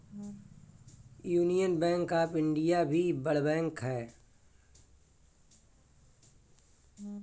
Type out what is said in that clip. union Bank of India भी बड़ bank हअ